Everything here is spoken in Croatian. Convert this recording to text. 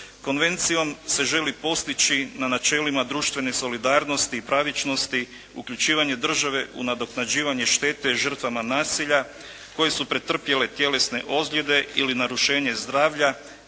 Konvencijom se želi postići na načelima društvene solidarnosti i pravičnosti, uključivanje države u nadoknađivanje štete žrtvama nasilja koje su pretrpjele tjelesne ozljede ili narušenje zdravlja